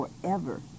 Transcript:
forever